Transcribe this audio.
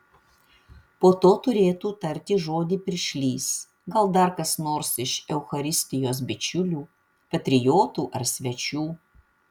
po to turėtų tarti žodį piršlys gal dar kas nors iš eucharistijos bičiulių patriotų ar svečių